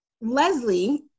Leslie